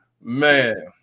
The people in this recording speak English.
Man